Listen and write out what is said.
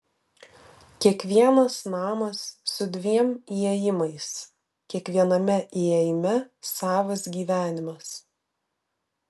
kiekvienas namas su dviem įėjimais kiekviename įėjime savas gyvenimas